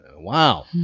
Wow